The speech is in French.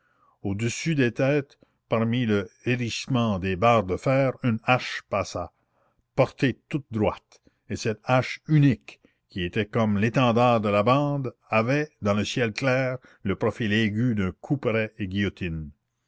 au-dessus des têtes parmi le hérissement des barres de fer une hache passa portée toute droite et cette hache unique qui était comme l'étendard de la bande avait dans le ciel clair le profil aigu d'un couperet de guillotine